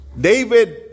David